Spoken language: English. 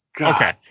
Okay